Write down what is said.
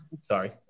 Sorry